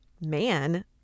man